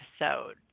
episode